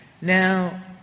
Now